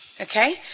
okay